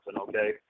Okay